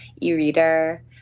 e-reader